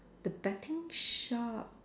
the betting shop